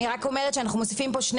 אני רק אומרת שאנחנו מוסיפים פה שני